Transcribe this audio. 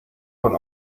von